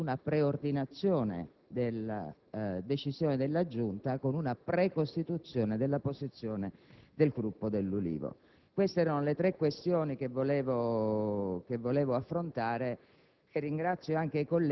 che non c'è stata alcuna preordinazione della decisione della Giunta con una precostituzione della posizione del Gruppo dell'Ulivo. Queste erano le questioni che volevo affrontare